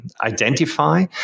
identify